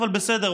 אבל בסדר,